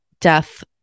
death